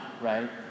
right